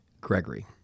Gregory